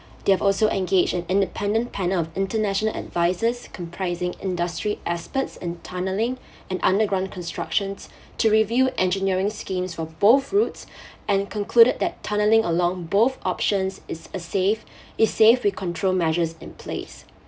they have also engaged an independent panel of international advisors comprising industry experts and tunneling and underground constructions to review engineering schemes for both routes and concluded that tunneling along both options is a safe is safe with controlled measures in place